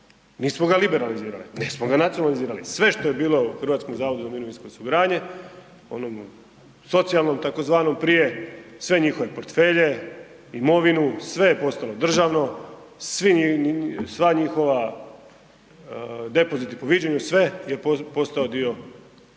Nismo ga liberalizirali nego smo ga nacionalizirali, sve što je bilo u HZMO-u onom socijalnom tzv. prije, sve njihove portfelje, imovinu, sve je postalo državno, svi, sva njihova, depoziti po viđenju, sve je postao dio općeg državnog